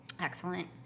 excellent